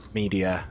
media